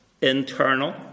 internal